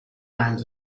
land